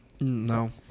No